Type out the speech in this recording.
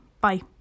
bye